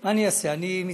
מה אני אעשה, אני מתנצל.